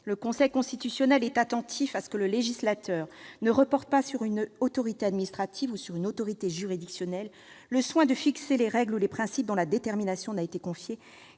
le Conseil constitutionnel est « attentif à ce que le législateur ne reporte pas sur une autorité administrative [...] ou sur une autorité juridictionnelle le soin de fixer des règles ou des principes dont la détermination n'a été confiée